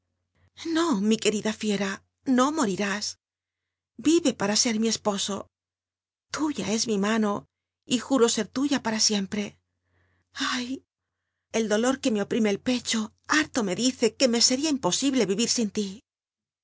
xo mi querida fiera no morirús ile para ser mi esposo tuya es mi mano y juro ser luya para siempre el dolor que me oprime el pecho harto me dice que me ería imposible lirir sin tí